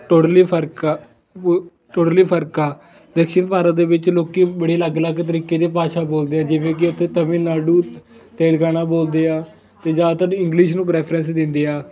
totally ਫਰਕ ਆ totally ਫਰਕ ਆ ਦਖਸ਼ਿਨ ਭਾਰਤ ਦੇ ਵਿੱਚ ਲੋਕ ਬੜੇ ਅਲੱਗ ਅਲੱਗ ਤਰੀਕੇ ਦੇ ਭਾਸ਼ਾ ਬੋਲਦੇ ਆ ਜਿਵੇਂ ਕਿ ਉੱਥੇ ਤਾਮਿਲਨਾਡੂ ਤੇਲੰਗਾਨਾ ਬੋਲਦੇ ਆ ਅਤੇ ਜ਼ਿਆਦਾਤਰ ਇੰਗਲਿਸ਼ ਨੂੰ ਪ੍ਰੈਫਰੈਂਸ ਦਿੰਦੇ ਆ